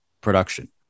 production